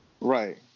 Right